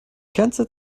ganze